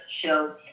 Show